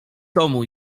domu